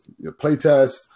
playtest